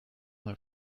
mal